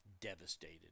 devastated